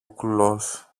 κουλός